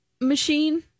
machine